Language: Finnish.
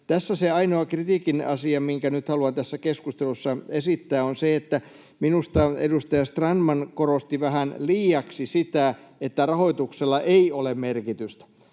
Tässä se ainoa kritiikin asia, minkä nyt haluan tässä keskustelussa esittää, on se, että minusta edustaja Strandman korosti vähän liiaksi sitä, että rahoituksella ei ole merkitystä.